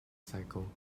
cycle